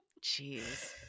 Jeez